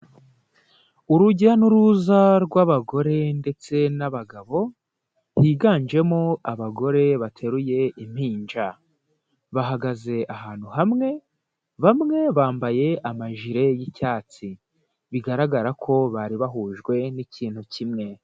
Urujya n'uruza rw'abagore ndetse n'abagabo, higanjemo abagore bateruye impinja, bahagaze ahantu hamwe, bamwe bambaye amajire y'icyatsi. Bigaragara ko bari bahujwe n'ikintu kimwe.